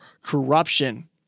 Corruption